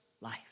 life